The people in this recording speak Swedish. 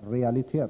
Det